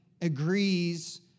agrees